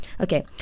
Okay